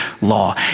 law